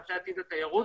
במטה עתיד התיירות,